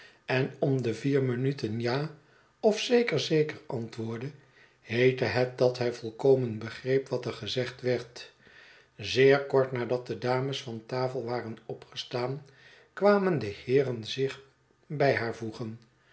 en om de vier minuten ja of zeker zeker antwoordde heette het dat hij volkomen begreep wat er gezegd werd zeer kort nadat de dames van tafel waren opgestaan kwamen de heeren zich bij haar voegen